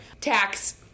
tax